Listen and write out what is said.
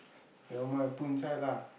nevermind put inside lah